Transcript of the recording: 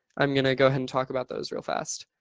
i'm going to go ahead and talk about those real fast.